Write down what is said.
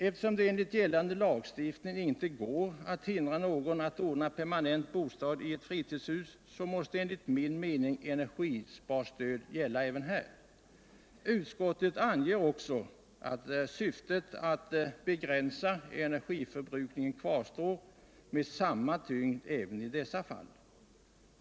Eftersom det enligt gällande lagstiftning inte går att hindra någon att ordna 87 permanent bostad i ett fritidshus, så måste enligt min mening energisparstöd ges även här. Utskottet anser vidare att syftet att begränsa energiförbrukningen kvarstår med samma tyngd även i dessa fall.